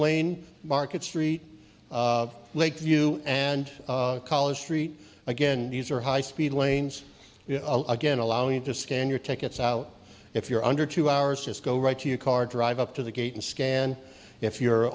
lane market street lakeview and college street again these are high speed lanes again allowing to scan your tickets out if you're under two hours just go right to your car drive up to the gate and scan if you're